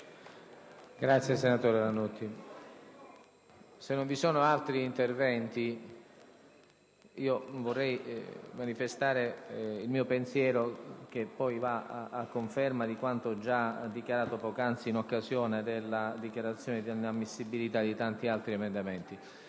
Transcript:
finestra"). Se non vi sono altri interventi, vorrei manifestare il mio pensiero, che poi va a conferma di quanto già detto poc'anzi in occasione della dichiarazione di inammissibilità di altri emendamenti.